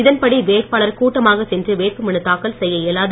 இதன்படி வேட்பாளர் கூட்டமாக சென்று வேட்புமனு தாக்கல் செய்ய இயலாது